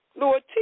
Lord